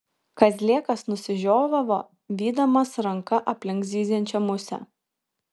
kazlėkas nusižiovavo vydamas ranka aplink zyziančią musę